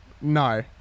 No